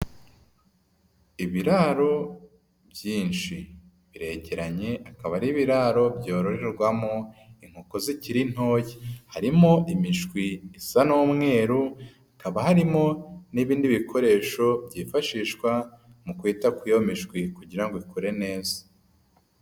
Ibiraro byinshi biregeranye akaba ari ibiraro byororerwamo inkoko zikiri ntoya. Harimo imishwi isa n'umweru, hakaba harimo n'ibindi bikoresho byifashishwa mu kwita kuri iyo mishwi kugira ngo ikure neza.